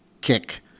kick